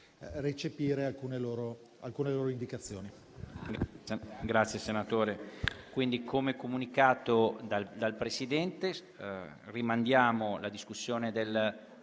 recepire alcune loro indicazioni.